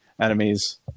enemies